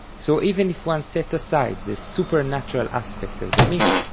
so even if one sets aside the supernatural aspect of the myth,